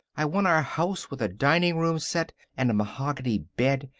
i want our house, with a dining-room set, and a mahogany bed,